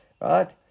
right